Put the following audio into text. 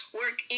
work